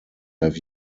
have